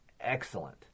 excellent